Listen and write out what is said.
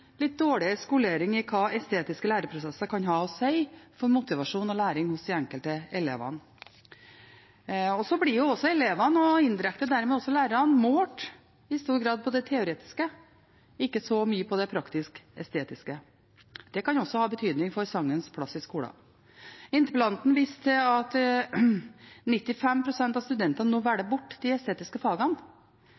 litt dårlig skolering i hva estetiske læreprosesser kan ha å si for motivasjon og læring hos de enkelte elevene. Elevene, og indirekte dermed lærerne, blir også i stor grad målt på det teoretiske og ikke så mye på det praktisk-estetiske. Det kan ha betydning for sangens plass i skolen. Interpellanten viste til at 95 pst. av studentene nå velger